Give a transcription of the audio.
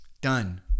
Done